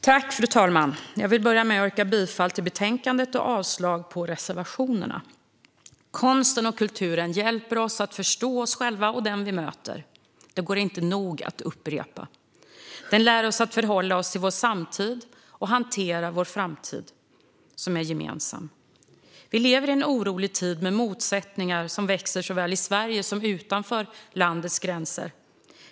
Fru talman! Jag vill börja med att yrka bifall till utskottets förslag och avslag på reservationerna. Konsten och kulturen hjälper oss att förstå oss själva och den vi möter. Detta går inte nog att upprepa. De lär oss att förhålla oss till vår samtid och att hantera vår framtid, som är gemensam. Vi lever i en orolig tid, med motsättningar som växer såväl i Sverige som utanför landets gränser.